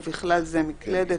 ובכלל זה מקלדת,